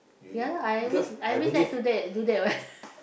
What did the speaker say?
ya lah I always I always like do that do that what